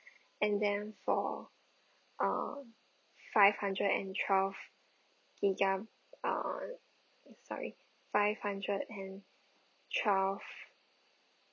and then for uh five hundred and twelve giga~ uh sorry five hundred and twelve